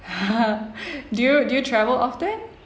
do you do you travel often